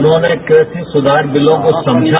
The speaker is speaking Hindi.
उन्होंने कृषि सुधार बिलों को समझा